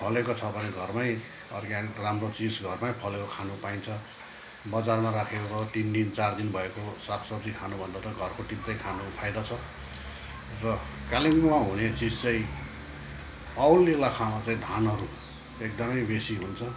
फलेको छ भने घरमै अर्ग्यानिक राम्रो चिज घरमै खानु पाइन्छ बजारमा राखेको तिन दिन चार दिन भएको साग सब्जी खानुभन्दा त घरको टिप्दै खानु फाइदा छ र कालिम्पोङमा हुने चिज चाहिँ औल इलाकामा चाहिँ धानहरू एकदमै बेसी हुन्छ